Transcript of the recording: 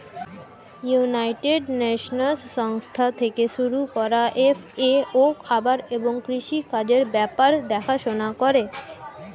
United Nations সংস্থা থেকে শুরু করা এফ.এ.ও খাবার এবং কৃষি কাজের ব্যাপার দেখাশোনা করে